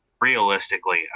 realistically